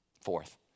Fourth